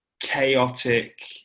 chaotic